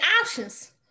options